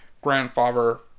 grandfather